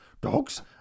Dogs